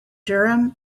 durham